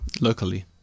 locally